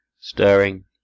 Stirring